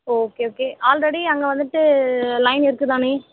okay okay already அங்கே வந்துட்டு line இருக்குது தானே